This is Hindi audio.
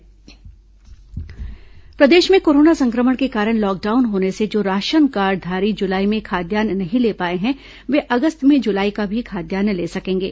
राशन कार्ड खाद्यान्न वितरण प्रदेश में कोरोना संक्रमण के कारण लॉकडाउन होने से जो राशन कार्डधारी जुलाई में खाद्यान्न नहीं ले पाए हैं वे अगस्त में जुलाई का भी खाद्यान्न ले सकेंगे